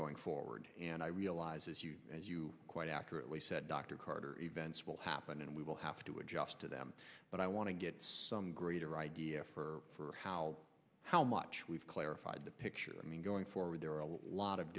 going forward and i realize you as you quite accurately said dr carter events will happen and we will have to adjust to them but i want to get some greater idea for how how much we've clarified the picture i mean going forward there are a lot of